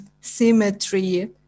symmetry